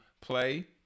play